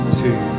two